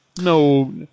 No